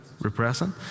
Repressing